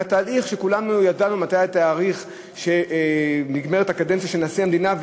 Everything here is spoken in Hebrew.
אלא זה תהליך שבו כולנו ידענו מתי נגמרת הקדנציה של נשיא המדינה,